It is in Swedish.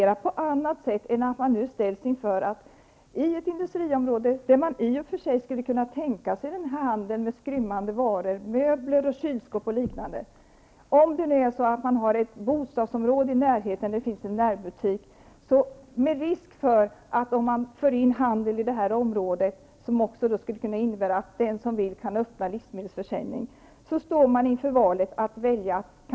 Om det finns ett bostadsområde med en närbutik i närheten av ett industriområde, där man i och för sig skulle kunna tänka sig handel med skrymmande varor -- möbler, kylskåp och liknande --, är det risk för att kommunen ställs inför valet att inte ha någon handel alls i detta industriområde, om man tillåter vem som helst att öppna livsmedelsförsäljning där.